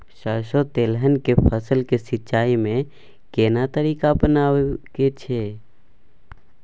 सरसो तेलहनक फसल के सिंचाई में केना तरीका अपनाबे के छै?